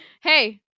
hey